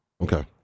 Okay